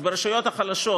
אז ברשויות החלשות,